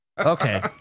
Okay